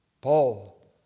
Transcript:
Paul